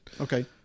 Okay